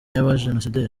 y’abajenosideri